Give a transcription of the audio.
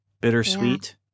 bittersweet